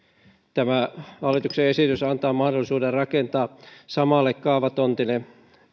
tämä hallituksen esitys antaa mahdollisuuden rakentaa samalle kaavatontille